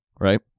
right